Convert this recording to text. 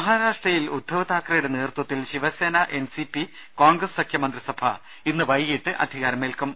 മഹാരാഷ്ട്രയിൽ ഉദ്ധവ് താക്കറെയുടെ നേതൃത്വത്തിൽ ശിവസേന എൻസിപി കോൺഗ്രസ് സഖ്യ മന്ത്രിസഭ ഇന്ന് വൈകീട്ട് അധി കാരമേൽക്കും